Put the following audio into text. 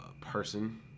person